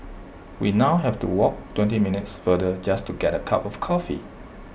we now have to walk twenty minutes farther just to get A cup of coffee